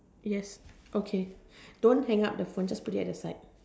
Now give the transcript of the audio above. yes okay don't hang up the phone just put it at the side